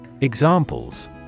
Examples